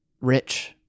rich